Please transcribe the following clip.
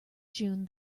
june